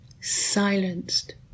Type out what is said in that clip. silenced